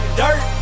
dirt